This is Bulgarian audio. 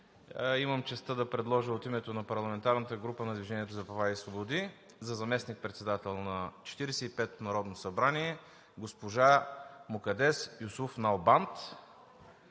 Имам честта да предложа от името на парламентарната група на „Движението за права и свободи“ за заместник-председател на Четиридесет и петото народно събрание госпожа Мукаддес Юсуф Налбант